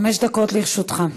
חמש דקות לרשותך.